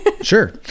Sure